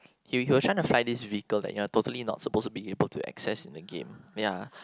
he he was trying to fly this vehicle that you're totally not supposed to be able to access in the game ya